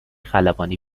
خلبانی